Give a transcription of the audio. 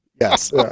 Yes